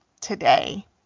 today